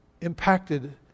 impacted